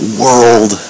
world